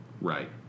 Right